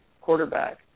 quarterback